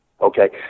Okay